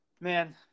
man